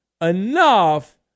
enough